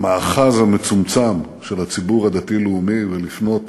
מהמאחז המצומצם של הציבור הדתי-לאומי ולפנות